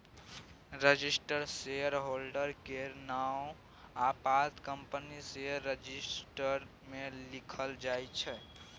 registered shareholder केर नाओ आ पता कंपनीक शेयर रजिस्टर मे लिखल जाइ छै